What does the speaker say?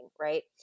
right